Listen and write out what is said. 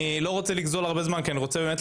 אני לא רוצה לגזול הרבה כי אני באמת רוצה